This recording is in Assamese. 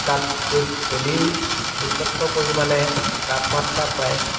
তাত য'ত বেলি উত্তপ্ত পৰিমাণে তাপমাত্ৰা পায়